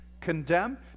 Condemn